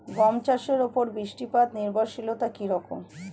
গম চাষের উপর বৃষ্টিপাতে নির্ভরশীলতা কী রকম?